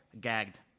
gagged